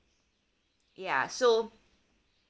ya so